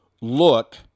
look